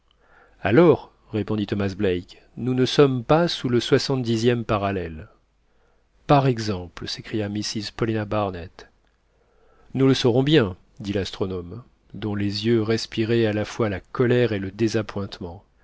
alors répondit thomas black nous ne sommes pas sous le soixante dixième parallèle par exemple s'écria mrs paulina barnett nous le saurons bien dit l'astronome dont les yeux respiraient à la fois la colère et le